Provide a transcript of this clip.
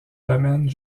domaine